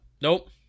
Nope